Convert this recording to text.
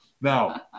Now